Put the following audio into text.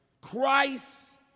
Christ